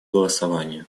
голосованию